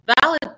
valid